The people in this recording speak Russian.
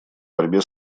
борьбе